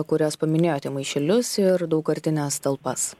kurias paminėjote maišelius ir daugkartines talpas